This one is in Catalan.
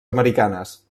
americanes